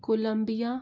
Columbia